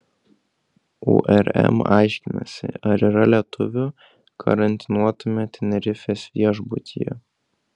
urm aiškinasi ar yra lietuvių karantinuotame tenerifės viešbutyje